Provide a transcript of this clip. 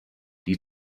die